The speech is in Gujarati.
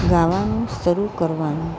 ગાવાનું શરૂ કરવાનું